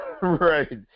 right